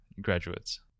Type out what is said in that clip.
graduates